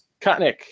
Kotnik